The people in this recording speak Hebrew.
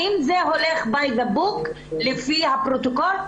אבל האם זה הולך לפי הפרוטוקול?